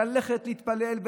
ללכת להתפלל,